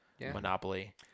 Monopoly